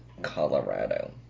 Colorado